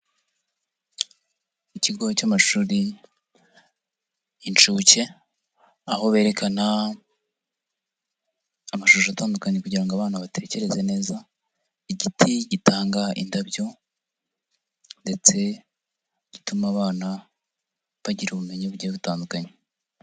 Ikigo cy'amashuri y'inshuke aho berekana amashusho atandukanye kugira ngo abana batekereze neza, igiti gitanga indabyo ndetse gituma abana bagira ubumenyi bugiye butandukanye.